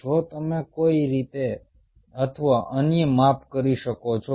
જો તમે કોઈ રીતે અથવા અન્ય માપ કરી શકો છો